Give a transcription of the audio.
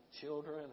children